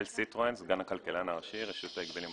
אני סגן הכלכלן הראשי ברשות ההגבלים העסקיים.